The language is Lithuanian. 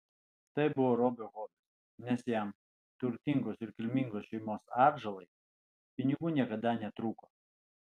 tai buvo robio hobis nes jam turtingos ir kilmingos šeimos atžalai pinigų niekada netrūko